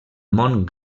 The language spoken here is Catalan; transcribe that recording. món